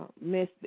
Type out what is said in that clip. miss